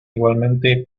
igualmente